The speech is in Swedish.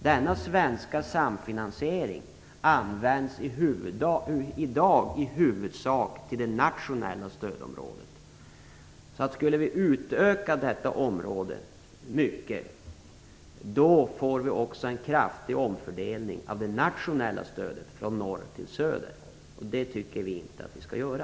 Denna svenska samfinansiering används i dag i huvudsak för det nationella stödområdet. Skulle vi utöka detta område mycket, får vi en kraftig omfördelning av det nationella stödet från norr till söder, och det tycker vi inte att vi skall göra.